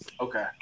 Okay